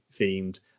themed